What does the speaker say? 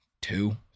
two